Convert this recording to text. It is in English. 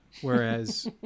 whereas